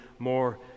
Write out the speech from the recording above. more